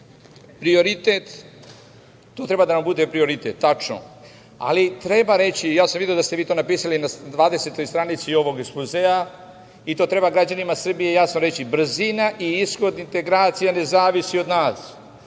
integracije, to treba da nam bude prioritet. Tačno, ali treba reći, ja sam video da ste vi to napisali na 20. stranici ovog ekspozea i to treba građanima Srbije jasno reći – brzina i ishod integracija ne zavise od nas.